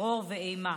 טרור ואימה.